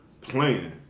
playing